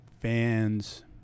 Fans